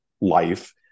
life